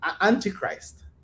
antichrist